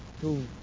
Two